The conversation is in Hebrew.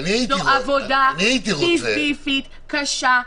זאת עבודה סיזיפית, קשה.